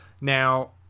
Now